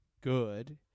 good